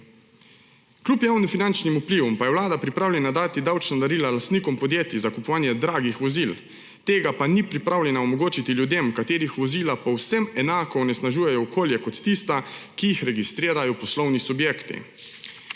Kljub javnofinančnim vplivom pa je Vlada pripravljena dati davčna darila lastnikom podjetij za kupovanje dragih vozil, tega pa ni pripravljena omogočiti ljudem, katerih vozila povsem enako onesnažujejo okolje kot tista, ki jih registrirajo poslovni subjekti.